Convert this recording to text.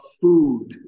food